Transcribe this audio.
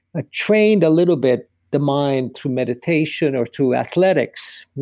ah trained a little bit the mind through meditation or to athletics.